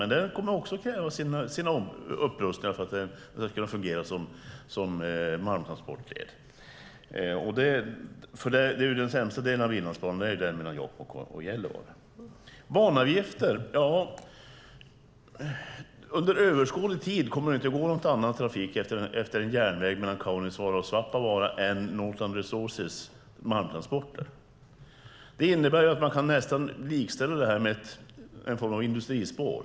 Men den kommer också att kräva sina upprustningar för att kunna fungera som malmtransportled, för den sämsta delen av Inlandsbanan är just den mellan Jokkmokk och Gällivare. När det gäller banavgifter kommer det under överskådlig tid inte att gå någon annan trafik på en järnväg mellan Kaunisvaara och Svappavaara än Northland Resources malmtransporter. Det innebär att man nästan kan likställa det med en form av industrispår.